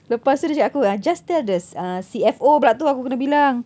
lepas tu dia cakap dengan aku just tell the uh C_F_O pula tu aku kena bilang